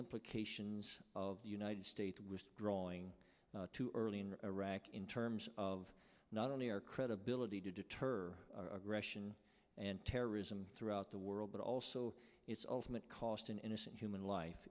implications of the united states drawing too early in iraq in terms of not only our credibility to deter aggression and terrorism throughout the world but also its ultimate cost an innocent human life